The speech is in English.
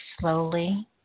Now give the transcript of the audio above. slowly